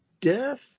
death